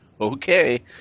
Okay